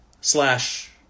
slash